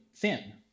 Thin